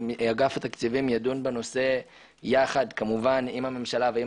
אגף תקציבים ידון בנושא יחד עם הממשלה ועם